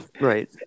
right